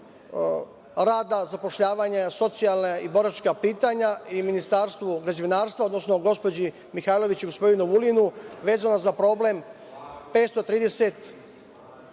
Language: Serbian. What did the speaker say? rada, zapošljavanja, socijalna i boračka pitanja i Ministarstvu građevinarstva, odnosno gospođi Mihajlović i gospodinu Vulinu, vezano za problem 530